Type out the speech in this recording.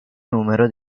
numero